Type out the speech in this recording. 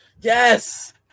yes